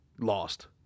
Lost